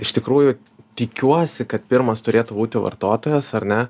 iš tikrųjų tikiuosi kad pirmas turėtų būti vartotojas ar ne